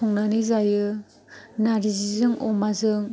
संनानै जायो नारजिजों अमाजों